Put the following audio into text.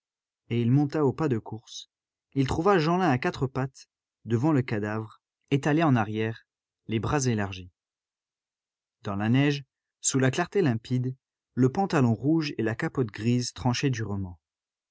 et il monta au pas de course il trouva jeanlin à quatre pattes devant le cadavre étalé en arrière les bras élargis dans la neige sous la clarté limpide le pantalon rouge et la capote grise